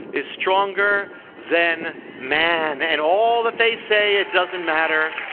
is stronger then man. and all that they say, it doesn't matter.